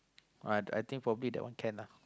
I I think probably that one can lah